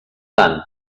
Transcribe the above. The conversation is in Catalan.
tant